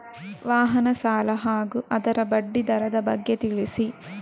ವಾಹನ ಸಾಲ ಹಾಗೂ ಅದರ ಬಡ್ಡಿ ದರದ ಬಗ್ಗೆ ತಿಳಿಸಿ?